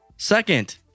Second